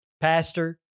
pastor